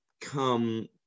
come